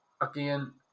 Again